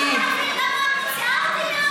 אני רוצה להבין למה את מוציאה אותי מהאולם.